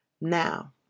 Now